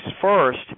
first